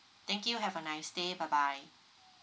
thank you have a nice day bye bye